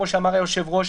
כמו שאמר היושב-ראש,